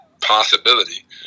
possibility